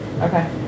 Okay